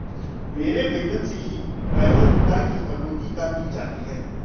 मेरे वेतन से ही पेरोल कर की कटौती कर दी जाती है